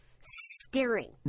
staring